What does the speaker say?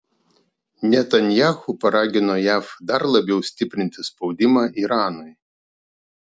netanyahu paragino jav dar labiau stiprinti spaudimą iranui